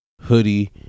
hoodie